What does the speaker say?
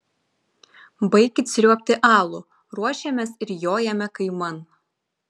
baikit sriuobti alų ruošiamės ir jojame kaiman